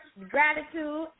gratitude